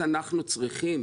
אנחנו צריכים,